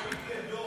אנו מתגעגעים לדב,